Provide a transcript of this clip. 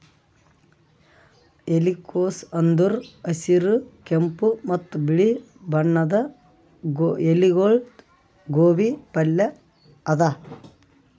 ಎಲಿಕೋಸ್ ಅಂದುರ್ ಹಸಿರ್, ಕೆಂಪ ಮತ್ತ ಬಿಳಿ ಬಣ್ಣದ ಎಲಿಗೊಳ್ದು ಗೋಬಿ ಪಲ್ಯ ಅದಾ